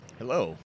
Hello